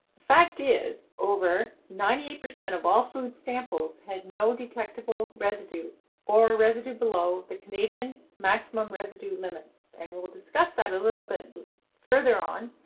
fact is over ninety percent of all food samples had no detectable residue or residue below the canadian maximum residue limits and we'll discuss that a little bit further on,